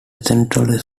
central